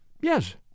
Yes